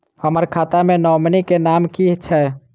हम्मर खाता मे नॉमनी केँ नाम की छैय